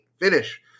finish